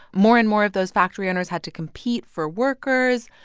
more and more of those factory owners had to compete for workers.